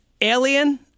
Alien